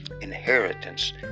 Inheritance